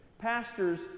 Pastors